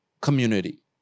community